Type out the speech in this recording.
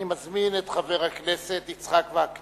אני מזמין את חבר הכנסת יצחק וקנין,